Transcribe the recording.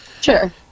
Sure